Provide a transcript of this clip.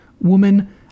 Woman